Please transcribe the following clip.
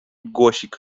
głosik